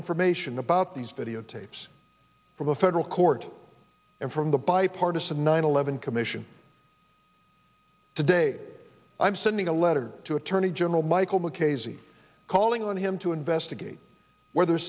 information about these videotapes from a federal court and from the bipartisan nine eleven commission today i'm sending a letter to attorney general michael mckay z calling on him to investigate whether